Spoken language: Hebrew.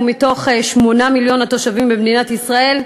ומתוך 8 מיליון התושבים במדינת ישראל,